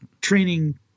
training